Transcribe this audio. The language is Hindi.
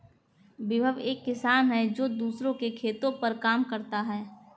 विभव एक किसान है जो दूसरों के खेतो पर काम करता है